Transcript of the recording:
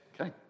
Okay